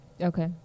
Okay